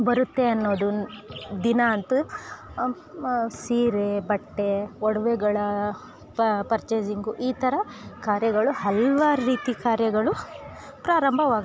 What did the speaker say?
ಬರುತ್ತೆ ಅನ್ನೋದು ದಿನ ಅಂತು ಸೀರೆ ಬಟ್ಟೆ ಒಡವೆಗಳ ಪರ್ಚೆಸಿಂಗ್ ಈ ಥರ ಕಾರ್ಯಗಳು ಹಲ್ವಾರು ರೀತಿ ಕಾರ್ಯಗಳು ಪ್ರಾರಂಭವಾಗುತ್ತೆ